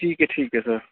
ٹھیک ہے ٹھیک ہے سر